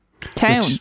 Town